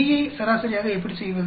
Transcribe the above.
Bயை சராசரியாக எப்படி செய்வது